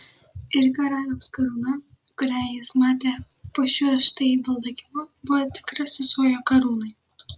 ir karaliaus karūna kurią jis matė po šiuo štai baldakimu buvo tikra sesuo jo karūnai